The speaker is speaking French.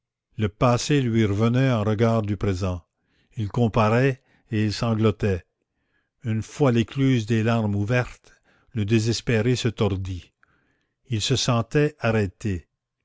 le passé lui revenait en regard du présent il comparait et il sanglotait une fois l'écluse des larmes ouvertes le désespéré se tordit il se sentait arrêté